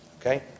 Okay